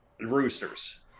roosters